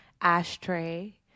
ashtray